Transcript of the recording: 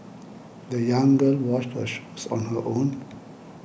the young girl washed her shoes on her own